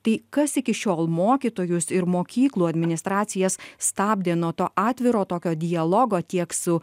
tai kas iki šiol mokytojus ir mokyklų administracijas stabdė nuo to atviro tokio dialogo tiek su